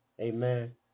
Amen